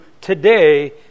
today